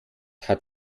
hat